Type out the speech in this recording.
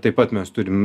taip pat mes turim